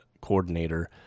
coordinator